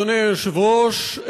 אדוני היושב-ראש,